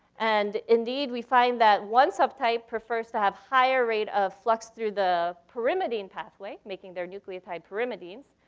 and indeed we find that one subtype prefers to have higher rate of flux through the pyrimidine pathway, making their nucleotide pyrimidines.